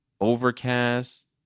overcast